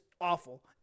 awful